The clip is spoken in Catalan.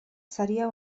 seria